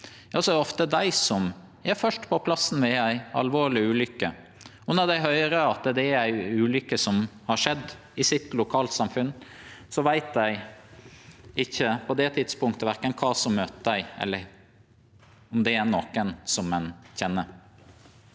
– er ofte dei som er fyrst på plassen ved ei alvorleg ulukke. Når dei høyrer at det er ei ulukke som har skjedd i deira lokalsamfunn, veit dei ikkje på det tidspunktet verken kva som møter dei, eller om det er nokon dei kjenner.